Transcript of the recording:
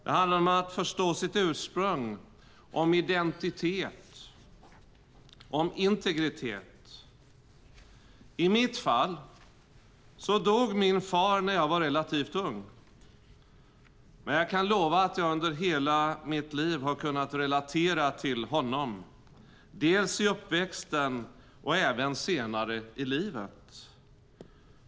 Det handlar om att förstå sitt ursprung, om identitet, om integritet. Min far dog när jag var relativt ung. Men jag kan lova att jag under hela mitt liv har kunnat relatera till honom, dels i uppväxten, dels senare i livet.